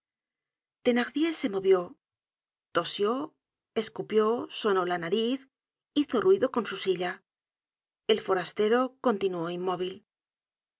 thenardier se movió tosió escupió se sonó la nariz hizo ruido con su silla el forastero continuó inmóvil